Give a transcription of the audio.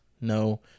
no